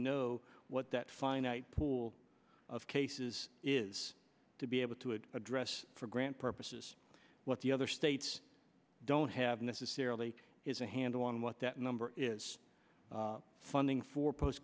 know what that finite pool of cases is to be able to address for grant purposes what the other states don't have necessarily is a handle on what that number is funding for post